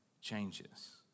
changes